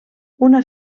una